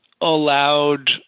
allowed